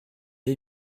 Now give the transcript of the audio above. les